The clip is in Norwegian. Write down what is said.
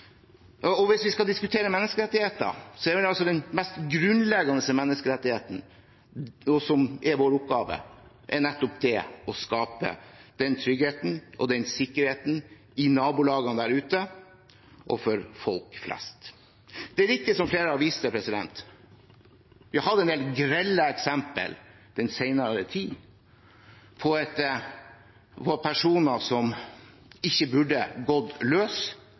Og hvis vi skal diskutere menneskerettigheter, er altså den mest grunnleggende menneskerettigheten – som er vår oppgave – nettopp det å skape den tryggheten og den sikkerheten i nabolagene der ute og for folk flest. Det er riktig, som flere har vist til: Vi har hatt en del grelle eksempel den senere tid på at personer som ikke burde gått løs,